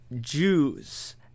jews